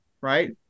right